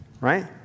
Right